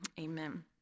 amen